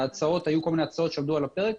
היו כל מיני הצעות שעמדו על הפרק.